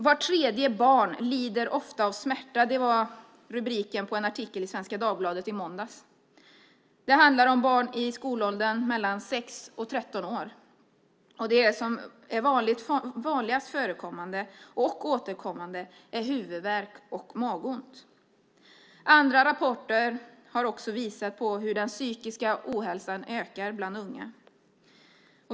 Vart tredje barn lider ofta av smärta, var rubriken på en artikel i Svenska Dagbladet i måndags. Det handlar om barn i skolåldern mellan 6 och 13 år. Det som är vanligast förekommande och återkommande är huvudvärk och magont. Andra rapporter har också visat på hur den psykiska ohälsan ökar bland unga.